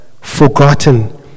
forgotten